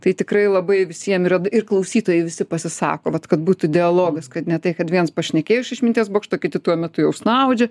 tai tikrai labai visiem yra ir klausytojai visi pasisako vat kad būtų dialogas kad ne tai kad viens pašnekėjo iš išminties bokšto kiti tuo metu jau snaudžia